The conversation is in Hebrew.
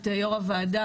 יו"ר הוועדה,